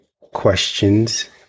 questions